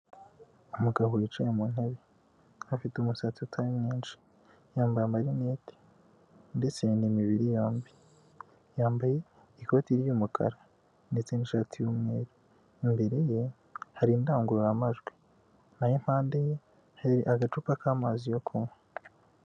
Umugabo wicaye mu ntebe, afite umusatsi utari mwinshi, yambaye amarinete ndetse n'imibiri yombi. Yambaye ikoti ry'umukara ndetse n'ishati y'umweru. Imbere ye hari indangururamajwi, naho impande ye hari agacupa k'amazi yo kunywa.